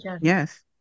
Yes